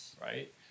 Right